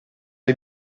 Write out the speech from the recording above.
hai